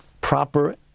proper